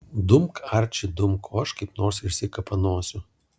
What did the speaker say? dumk arči dumk o aš kaip nors išsikapanosiu